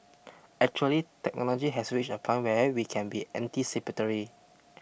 actually technology has reached a point where we can be anticipatory